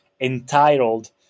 entitled